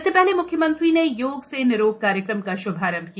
इससे पहले मुख्यमंत्री ने योग से निरोग कार्यक्रम का श्भारम्भ किया